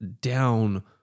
down